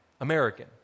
American